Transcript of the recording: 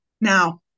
Now